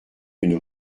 une